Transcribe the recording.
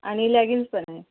आणि लेगिन्स पण आहे